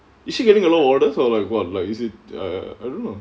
is she getting a lot of orders or like what is it err I don't know